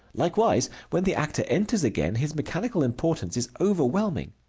likewise, when the actor enters again, his mechanical importance is overwhelming.